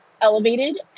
elevated